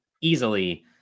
easily